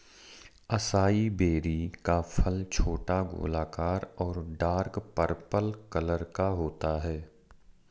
acai berry का फल छोटा, गोलाकार और डार्क पर्पल कलर का होता है